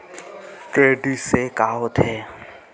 Credit से का होथे?